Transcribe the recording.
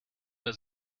der